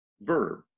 verb